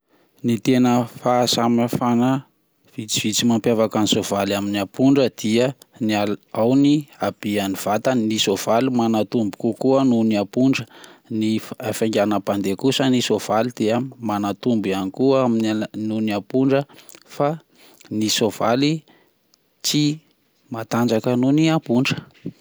Ny tena fahasamihafana vitsivitsy mapiavaka ny soavaly amin'ny ampondra dia ala- ao ny hambehan'ny vatany ny soavaly manatombo kokoa noho ny ampondra ny fa- afainganam-pandeha kosa ny soavaly dia manatombo ihany koa amin- noho ny ampondra fa ny soavaly tsy mantanjaka noho ny ampondra.